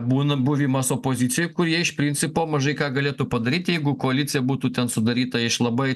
būna buvimas opozicijoj kur jie iš principo mažai ką galėtų padaryt jeigu koalicija būtų ten sudaryta iš labai